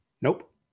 Nope